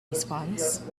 response